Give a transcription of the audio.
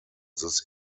this